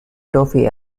toffee